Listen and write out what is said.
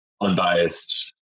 unbiased